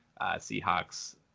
Seahawks